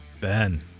Ben